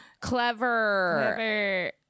Clever